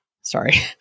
Sorry